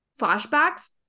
flashbacks